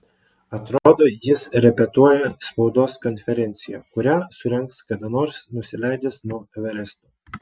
atrodo jis repetuoja spaudos konferenciją kurią surengs kada nors nusileidęs nuo everesto